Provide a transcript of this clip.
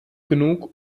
genug